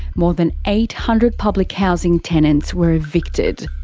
more than eight hundred public housing tenants were evicted.